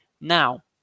Now